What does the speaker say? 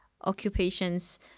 occupation's